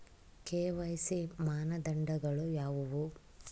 KYC ಮಾನದಂಡಗಳು ಯಾವುವು?